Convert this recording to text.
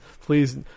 Please